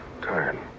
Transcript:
Tired